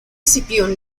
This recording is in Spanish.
escipión